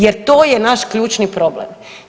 Jer to je naš ključni problem.